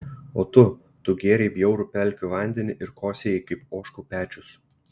o tu tu gėrei bjaurų pelkių vandenį ir kosėjai kaip ožkų pečius